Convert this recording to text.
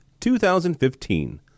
2015